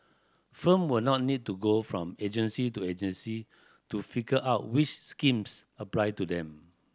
firm will not need to go from agency to agency to figure out which schemes apply to them